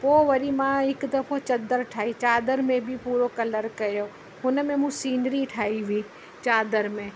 पोइ वरी मां हिकु दफ़ो चद्दर ठाही चादर में बि पूरो कलर कयो हुन में मूं सीनरी ठाही हुई चादर में